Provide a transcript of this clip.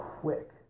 quick